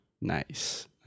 Nice